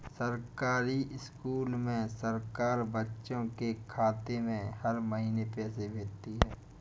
सरकारी स्कूल में सरकार बच्चों के खाते में हर महीने पैसे भेजती है